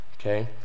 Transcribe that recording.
okay